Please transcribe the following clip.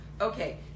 Okay